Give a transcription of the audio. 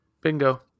Bingo